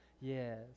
yes